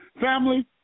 family